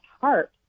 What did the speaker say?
heart